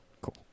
cool